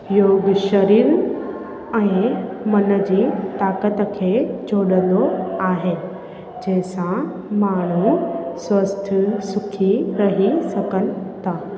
योग शरीरु ऐं मन जी ताक़त खे जोड़ींदो आहे जंहिंसां माण्हू स्वस्थ सुखी रही सघनि था